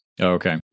Okay